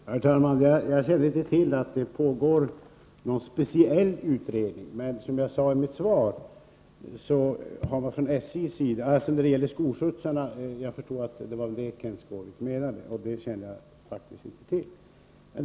Herr talman! Jag känner inte till att det pågår någon speciell utredning när det gäller skolskjutsarna — jag förstår att det var det Kenth Skårvik menade.